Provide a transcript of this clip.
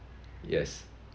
yes